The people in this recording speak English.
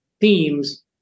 themes